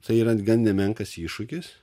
tai yra gan nemenkas iššūkis